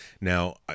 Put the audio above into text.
Now